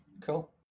Cool